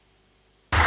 Hvala,